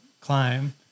climb